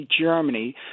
Germany